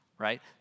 Right